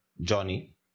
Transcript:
Johnny